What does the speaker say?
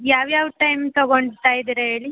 ಯಾವ ಯಾವ ಟೈಮ್ ತೊಗೊಳ್ತಾ ಇದ್ದೀರಾ ಹೇಳಿ